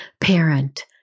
parent